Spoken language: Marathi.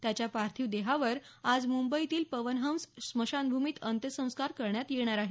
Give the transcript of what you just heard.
त्याच्या पार्थीव देहावर आज मुंबईतील पवन हस स्मशानभुमीत अंत्यसंस्कार करण्यात येणार आहेत